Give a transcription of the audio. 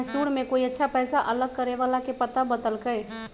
मैसूर में कोई अच्छा पैसा अलग करे वाला के पता बतल कई